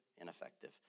ineffective